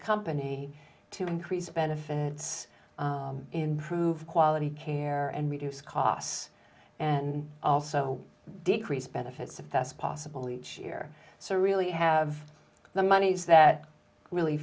company to increase benefits in prove quality care and reduce costs and also decrease benefits if that's possible each year so really have the monies that really